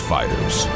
Fighters